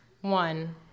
One